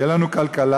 תהיה לנו כלכלה,